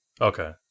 Okay